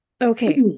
Okay